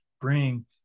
bring